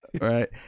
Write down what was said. Right